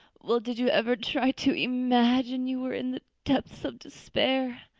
well, did you ever try to imagine you were in the depths of despair?